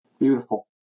Beautiful